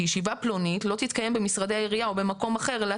ישיבה פלונית לא תתקיים במשרדי העירייה או במקום אחר אלא